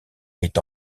est